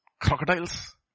crocodiles